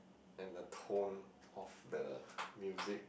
and the tone of the music